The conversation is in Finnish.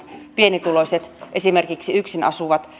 pienituloiset esimerkiksi yksinasuvat